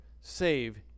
save